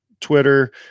Twitter